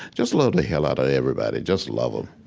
just love the here outta everybody. just love em.